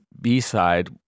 B-side